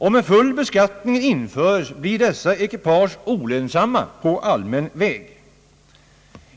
Om en full beskattning införes, blir dessa ekipage olönsamma på allmän väg.